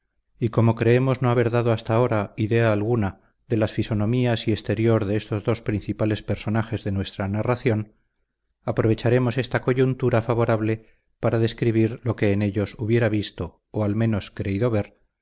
y como creemos no haber dado hasta ahora idea alguna de las fisonomías y exterior de estos dos principales personajes de nuestra narración aprovecharemos esta coyuntura favorable para describir lo que en ellos hubiera visto o al menos creído ver